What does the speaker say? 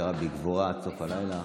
שנשארה בגבורה עד סוף הלילה.